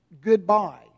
goodbye